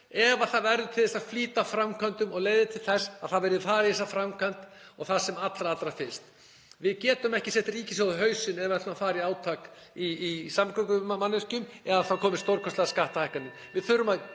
ef það verður til þess að flýta framkvæmdum og leiðir til þess að það verði farið í þessa framkvæmd og það sem allra, allra fyrst. Við getum ekki sett ríkissjóð á hausinn ef við ætlum að fara í átak í samgöngumannvirkjum eða að það verði stórkostlegar skattahækkanir.